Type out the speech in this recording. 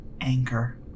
Anger